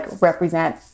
represent